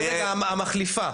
המחליפה.